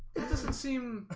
that doesn't seem